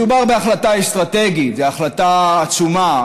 מדובר בהחלטה אסטרטגית, זו החלטה עצומה.